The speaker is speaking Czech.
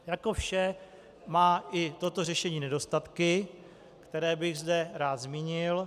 Jako vše má i toto řešení nedostatky, které bych zde rád zmínil.